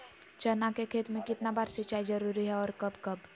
चना के खेत में कितना बार सिंचाई जरुरी है और कब कब?